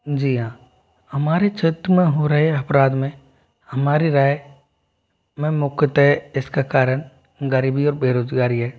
जी हाँ हमारे क्षेत्र में हो रहे अपराध में हमारी राय में मुख्यतः इस का कारण ग़रीबी और बेरोज़गारी है